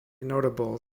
notable